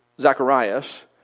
Zacharias